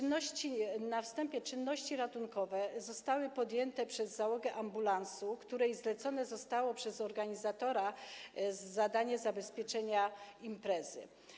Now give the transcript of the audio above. Na wstępie czynności ratunkowe zostały podjęte przez załogę ambulansu, której zlecone zostało przez organizatora zadanie zabezpieczenia imprezy.